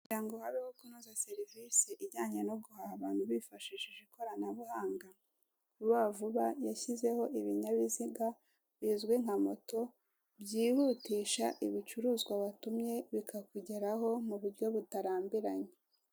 Kugira ngo habeho kunoza serivisi ijyanye no guhaha abantu bifashishije ikoranabuhanga, Vuba vuba yashyizeho ibinyabiziga bizwi nka moto byihutisha ibicuruzwa watumye bikakugeraho mu buryo butarambiranye.